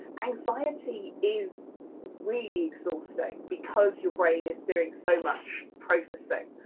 anxiety is really exhausting because your brain is doing so much processing.